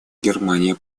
германия